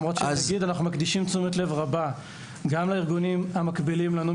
למרות שאנחנו מקדישים תשומת לב רבה גם לארגונים המקבילים לנו,